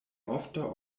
ofta